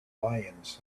lions